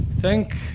thank